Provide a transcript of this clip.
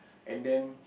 and then